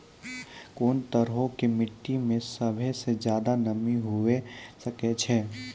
कोन तरहो के मट्टी मे सभ्भे से ज्यादे नमी हुये सकै छै?